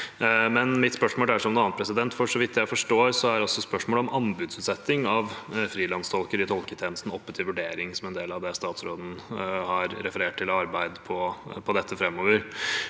er spørsmålet om anbudsutsetting av frilanstolker i tolketjenesten oppe til vurdering som en del av det statsråden har referert til av arbeid på